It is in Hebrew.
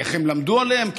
איך הם למדו עליהם?